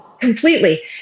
Completely